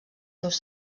seus